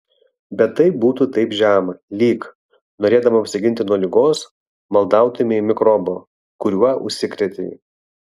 bet tai būtų taip žema lyg norėdama apsiginti nuo ligos maldautumei mikrobo kuriuo užsikrėtei